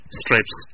stripes